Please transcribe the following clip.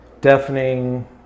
deafening